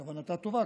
שכאמור כוונתה טובה,